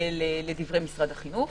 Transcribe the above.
לדברי משרד החינוך.